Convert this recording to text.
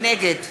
נגד